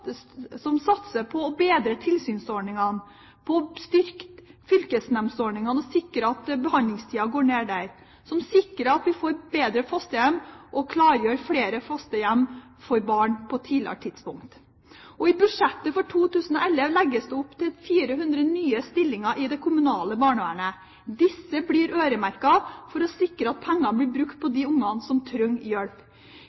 som satser på å bedre tilsynsordningene, på å styrke fylkesnemndsordningene og sikre at behandlingstida går ned der, som sikrer at vi får bedre fosterhjem og klargjør flere fosterhjem for barn på et tidligere tidspunkt. I budsjettet for 2011 legges det opp til 400 nye stillinger i det kommunale barnevernet. Disse blir øremerket for å sikre at pengene blir brukt på